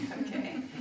Okay